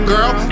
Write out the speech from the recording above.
Girl